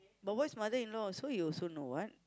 but where's mother-in-law so you also know what